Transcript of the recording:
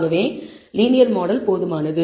ஆகவே linear model போதுமானது